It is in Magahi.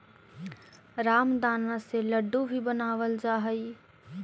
रामदाना से लड्डू भी बनावल जा हइ